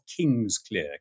Kingsclear